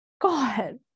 god